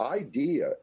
idea